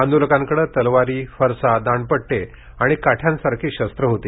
आंदोलकांकडे तलवारी फरसा दांडपट्टे आणि काठ्यांसारखी शस्त्र होती